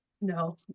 no